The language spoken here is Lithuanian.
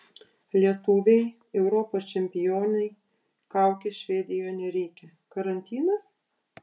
lietuvei europos čempionei kaukės švedijoje nereikia karantinas